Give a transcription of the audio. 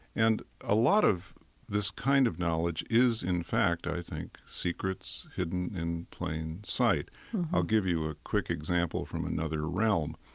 and a lot of this kind of knowledge is, in fact, i think secrets hidden in plain sight i'll give you a quick example from another realm.